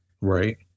Right